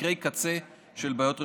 מקרי קצה של בעיות רפואיות.